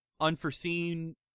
unforeseen